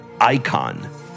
icon